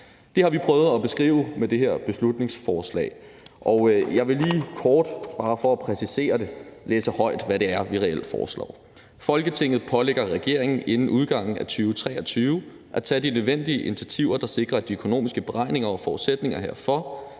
Det har vi prøvet at beskrive i det her beslutningsforslag, og bare for lige at præcisere det vil jeg læse højt, hvad det er, vi reelt foreslår: »Folketinget pålægger regeringen inden udgangen af 2023 at tage de nødvendige initiativer, der sikrer, at de økonomiske beregninger og forudsætningerne herfor,